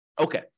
Okay